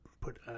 put